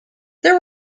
there